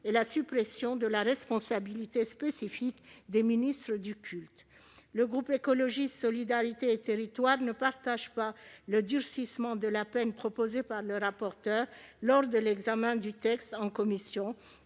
et sur le principe d'une responsabilité spécifique des ministres du culte. Le groupe Écologiste - Solidarité et Territoires n'est pas favorable au durcissement de la peine proposé par Mme la rapporteure lors de l'examen du texte en commission